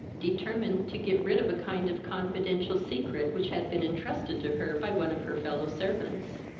determined to get rid of a kind of confidential secret, which had been entrusted to her by one of her fellow-servants.